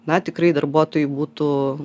na tikrai darbuotojui būtų